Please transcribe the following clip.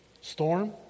Storm